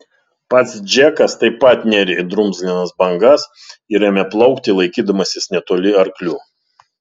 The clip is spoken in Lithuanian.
pats džekas taip pat nėrė į drumzlinas bangas ir ėmė plaukti laikydamasis netoli arklių